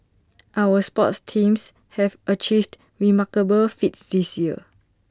our sports teams have achieved remarkable feats this year